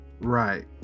Right